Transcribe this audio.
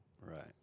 Right